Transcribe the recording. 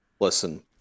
Listen